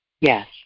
yes